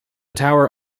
tower